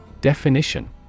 Definition